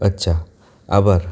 અચ્છા આભાર